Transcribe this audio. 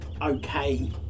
okay